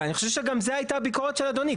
ואני חושב שגם זו הייתה הביקורת של אדוני.